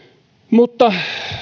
mutta